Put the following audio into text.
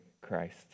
Christ